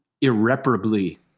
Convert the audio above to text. irreparably